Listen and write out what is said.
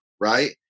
right